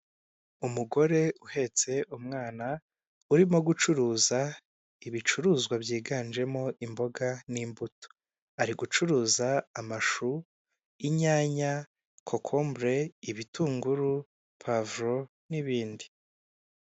Umugore uhetse umwana urimo gucuruza ibicuruzwa byiganjemo imboga n'imbuto, ari gucuruza amashu, inyanya, kokombure, ibitunguru, pavuro n'ibindi.